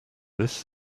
this